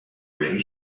really